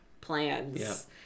plans